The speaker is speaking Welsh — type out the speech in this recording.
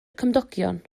cymdogion